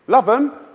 love them.